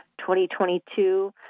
2022